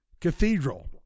cathedral